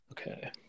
Okay